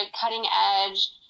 cutting-edge